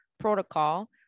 protocol